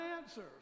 answers